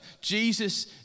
Jesus